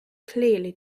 clearly